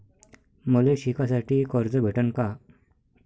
मले शिकासाठी कर्ज भेटन का?